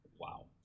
Wow